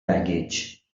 baggage